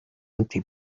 empty